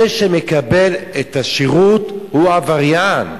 זה שמקבל את השירות הוא עבריין,